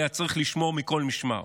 שעליה צריך לשמור מכל משמר.